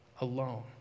alone